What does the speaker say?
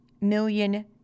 million